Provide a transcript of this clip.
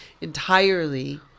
entirely